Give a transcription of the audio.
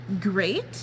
great